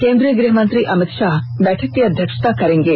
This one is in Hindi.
केन्द्रीय गृह मंत्री अमित शाह बैठक की अध्यक्षता करेंगे